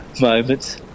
moments